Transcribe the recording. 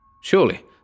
Surely